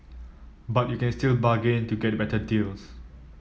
but you can still bargain to get better deals